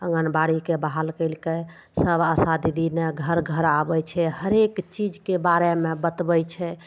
आँगनबाड़ीके बहाल कयलकय सब आशा दीदी ने घर घर आबय छै हरेक चीजके बारेमे बतबय छै